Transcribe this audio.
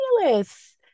fabulous